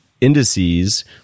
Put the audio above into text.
indices